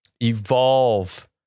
evolve